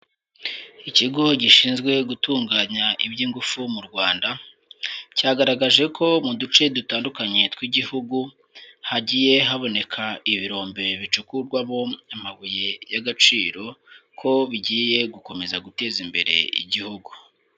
Ikigo gishinzwe gutunganya iby'ingufu mu Rwanda, cyagaragaje ko mu duce dutandukanye tw'igihugu, hagiye haboneka ibirombe bicukurwamo amabuye y'agaciro, ko bigiye gukomeza guteza imbere igihugu.